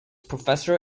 professor